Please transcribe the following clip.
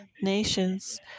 nations